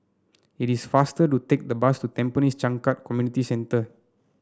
it is faster to take the bus to Tampines Changkat Community Centre